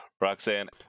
Roxanne